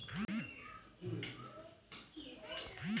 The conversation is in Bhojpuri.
अन्न धन योजना के आये से गरीब किसान के मदद भयल हउवे